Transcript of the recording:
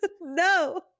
No